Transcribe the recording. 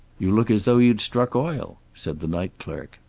you look as though you'd struck oil, said the night clerk.